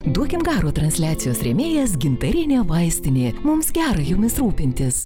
duokim garo transliacijos rėmėjas gintarinė vaistinė mums gera jumis rūpintis